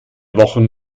wochen